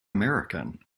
american